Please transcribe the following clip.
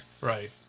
Right